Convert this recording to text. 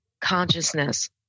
consciousness